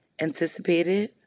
anticipated